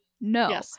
no